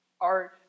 Art